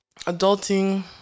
adulting